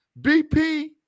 BP